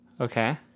Okay